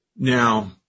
Now